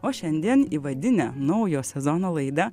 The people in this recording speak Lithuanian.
o šiandien įvadinę naujo sezono laidą